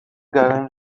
going